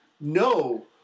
no